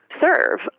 serve